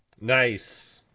Nice